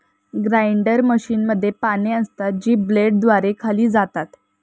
grinder मशीनमध्ये पाने असतात, जी ब्लेडद्वारे खाल्ली जातात